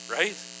right